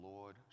Lord